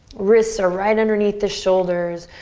wrists are right underneath the shoulders.